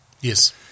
Yes